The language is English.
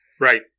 right